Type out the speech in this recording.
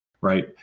right